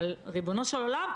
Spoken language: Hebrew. אבל ריבונו של עולם,